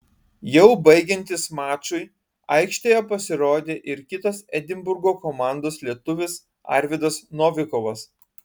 jau baigiantis mačui aikštėje pasirodė ir kitas edinburgo komandos lietuvis arvydas novikovas